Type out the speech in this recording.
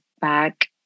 back